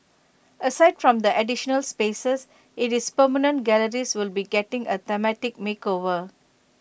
aside from the additional spaces IT is permanent galleries will be getting A thematic makeover